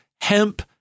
hemp